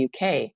UK